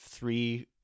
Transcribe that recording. three